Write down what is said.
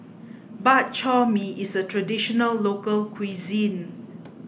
Bak Chor Mee is a traditional local cuisine